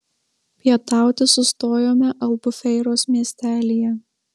pietauti sustojome albufeiros miestelyje